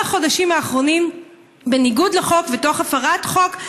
החודשים האחרונים בניגוד לחוק ותוך הפרת חוק.